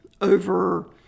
over